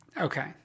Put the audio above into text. Okay